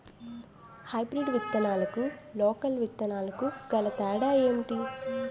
Hybrid విత్తనాలకు local విత్తనాలకు గల తేడాలు ఏంటి?